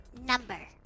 number